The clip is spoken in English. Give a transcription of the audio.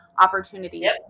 Opportunities